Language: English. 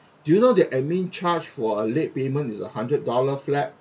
do you know their admin charge for a late payment is a hundred dollar flat